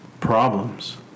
problems